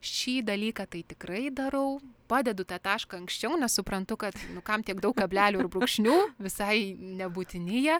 šį dalyką tai tikrai darau padedu tą tašką anksčiau nes suprantu kad kam tiek daug kablelių ir brūkšnių visai nebūtini jie